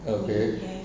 okay